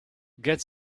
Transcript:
get